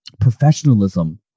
professionalism